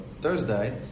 Thursday